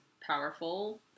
powerful